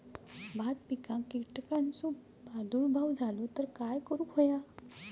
भात पिकांक कीटकांचो प्रादुर्भाव झालो तर काय करूक होया?